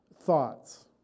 thoughts